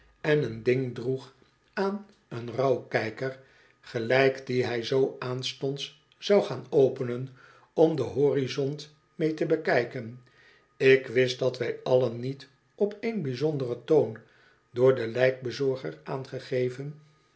en een ding droeg aan een rouw kijker gelijk dien hij zoo aanstonds zou gaan openen om den horizont mee te bekijken ik wist dat wij allen niet op één bijzonderen toon door den lijkbezorger aangegeven